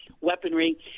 weaponry